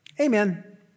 Amen